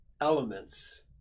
elements